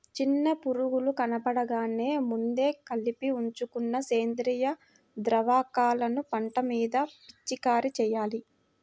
చిన్న పురుగులు కనబడగానే ముందే కలిపి ఉంచుకున్న సేంద్రియ ద్రావకాలను పంట మీద పిచికారీ చెయ్యాలి